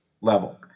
level